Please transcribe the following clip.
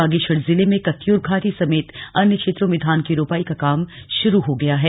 बागेश्वर जिले में कत्यूर घाटी समेत अन्य क्षेत्रों में धान की रोपाई का काम शुरू हो गया है